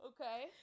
Okay